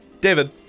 David